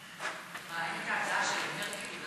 מה, אין את ההצעה של מרגי?